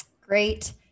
Great